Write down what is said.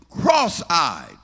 cross-eyed